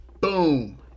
boom